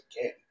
again